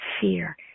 fear